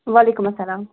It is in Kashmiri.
وعلیکُم اسلام